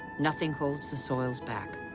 nothing holds the soils back.